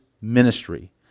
ministry